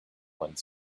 one